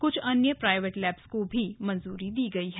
क्छ अन्य private lab को भी मंजूरी दी गई है